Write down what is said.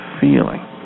feeling